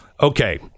Okay